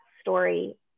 story